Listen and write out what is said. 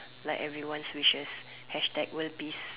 like everyone's wishes hashtag world peace